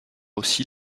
aussi